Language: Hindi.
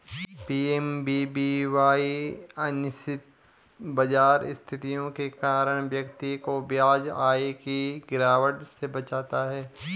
पी.एम.वी.वी.वाई अनिश्चित बाजार स्थितियों के कारण व्यक्ति को ब्याज आय की गिरावट से बचाता है